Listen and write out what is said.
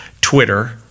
Twitter